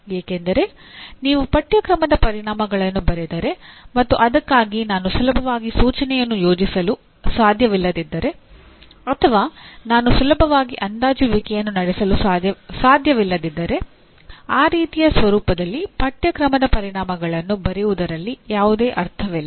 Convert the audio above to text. ಏಕೆಂದರೆ ನೀವು ಪಠ್ಯಕ್ರಮದ ಪರಿಣಾಮಗಳನ್ನು ಬರೆದರೆ ಮತ್ತು ಅದಕ್ಕಾಗಿ ನಾನು ಸುಲಭವಾಗಿ ಸೂಚನೆಯನ್ನು ಯೋಜಿಸಲು ಸಾಧ್ಯವಿಲ್ಲದಿದ್ದರೆ ಅಥವಾ ನಾನು ಸುಲಭವಾಗಿ ಅಂದಾಜುವಿಕೆಯನ್ನು ನಡೆಸಲು ಸಾಧ್ಯವಿಲ್ಲದಿದ್ದರೆ ಆ ರೀತಿಯ ಸ್ವರೂಪದಲ್ಲಿ ಪಠ್ಯಕ್ರಮದ ಪರಿಣಾಮಗಳನ್ನು ಬರೆಯುವುದರಲ್ಲಿ ಯಾವುದೇ ಅರ್ಥವಿಲ್ಲ